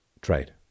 Trade